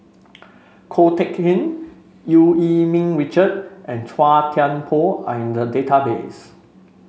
Ko Teck Kin Eu Yee Ming Richard and Chua Thian Poh are in the database